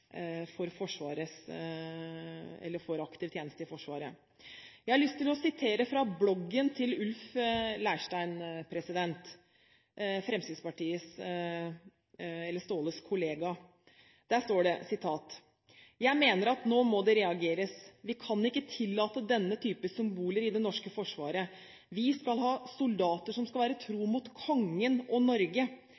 sitere fra bloggen til Ulf Leirstein, Staahles kollega. Der står det: «Jeg mener at nå må det reageres. Vi kan ikke tillate denne type symboler i det norske Forsvaret. Vi skal ha soldater som skal være tro